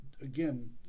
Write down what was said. again